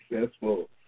successful